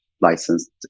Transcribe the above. licensed